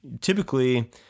typically